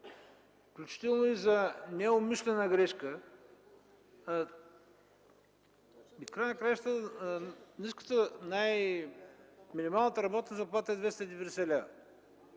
включително за неумишлена грешка, в края на краищата минималната работна заплата е 290 лв.